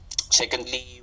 Secondly